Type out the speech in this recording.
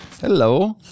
Hello